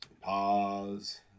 Pause